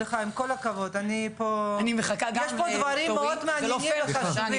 יש פה דברים מאוד מעניינים וחשובים.